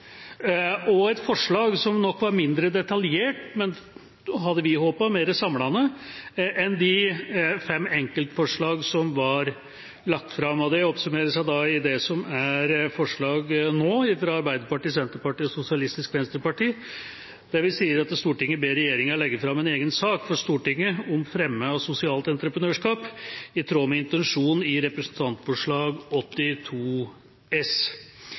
og et forslag som nok var mindre detaljert, men, hadde vi håpet, mer samlende enn de fem enkeltforslagene som var lagt fram. Det oppsummeres i det som nå er forslaget fra Arbeiderpartiet, Senterpartiet og Sosialistisk Venstreparti, der vi sier: «Stortinget ber regjeringen legge frem en egen sak for Stortinget om fremme av sosialt entreprenørskap i tråd med intensjonen i Representantforslag 82 S